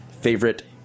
favorite